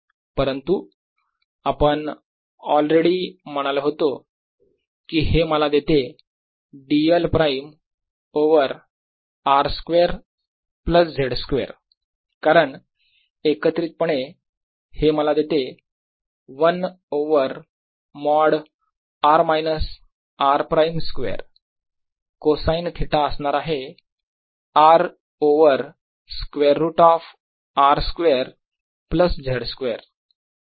परंतु आपण ऑलरेडी म्हणालो होतो की हे मला देते dl prime over R square plus z square कारण एकत्रितपणे हे मला देते 1 over mod r minus r prime square cosine theta असणार आहे R over square root of R square plus z square